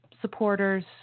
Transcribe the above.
supporters